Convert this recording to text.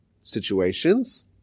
situations